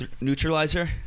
Neutralizer